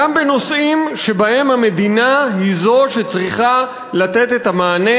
גם בנושאים שבהם המדינה היא שצריכה לתת את המענה,